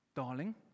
Darling